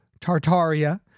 Tartaria